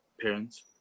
parents